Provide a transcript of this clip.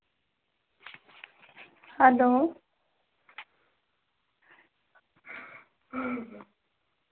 hello